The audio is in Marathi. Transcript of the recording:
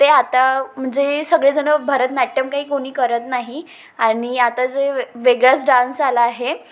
ते आता म्हणजे सगळेजणं भरतनाट्यम काही कोणी करत नाही आणि आता जे वे वेगळाच डान्स आला आहे